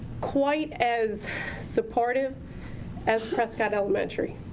quite as supportive as prescott elementary.